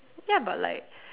ya but like